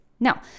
Now